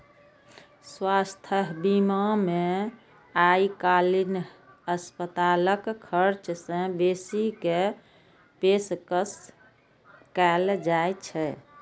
स्वास्थ्य बीमा मे आइकाल्हि अस्पतालक खर्च सं बेसी के पेशकश कैल जाइ छै